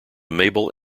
mabel